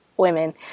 women